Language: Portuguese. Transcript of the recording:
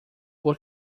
por